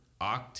oct